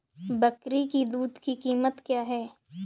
बकरी की दूध की कीमत क्या है?